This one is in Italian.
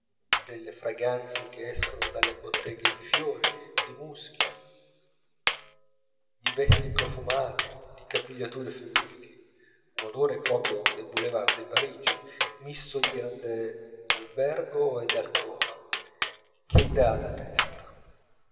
delle fragranze che escono dalle botteghe di fiori di muschio di vesti profumate di capigliature femminili un odore proprio dei boulevards di parigi misto di grand'albergo e d'alcova che dà alla testa